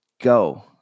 go